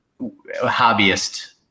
hobbyist